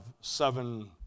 seven